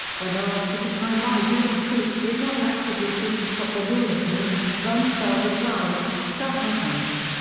when asked at the time why u s. troops did not actively seek to stop the lawlessness, rumsfeld replied, stuff happens.